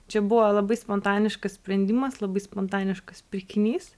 čia buvo labai spontaniškas sprendimas labai spontaniškas pirkinys